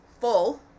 full